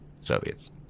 Soviets